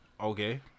Okay